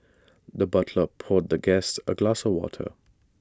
the butler poured the guest A glass of water